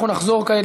אנחנו נחזור כעת,